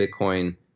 Bitcoin